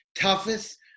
toughest